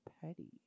petty